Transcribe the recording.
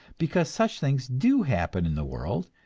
because such things do happen in the world,